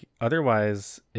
otherwise